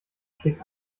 schlägt